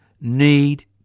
need